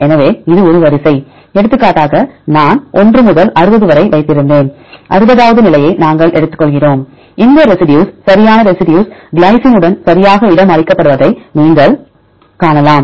எனவே இது ஒரு வரிசை எடுத்துக்காட்டாக நான் 1 முதல் 60 வரை வைத்திருந்தேன் அறுபதாவது நிலையை நாங்கள் எடுத்துக்கொள்கிறோம் இந்த ரெசிடியூஸ் சரியான ரெசிடியூஸ் கிளைசினுடன் சரியாக இடமளிக்கப்படுவதை நீங்கள் காணலாம்